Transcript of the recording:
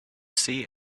see